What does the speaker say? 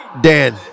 Dan